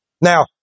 Now